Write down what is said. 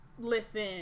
listen